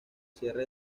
cierre